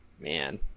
Man